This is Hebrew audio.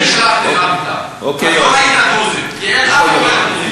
אני שלחתי לך מכתב, כי אין אף דרוזי.